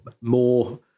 more